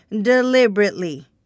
deliberately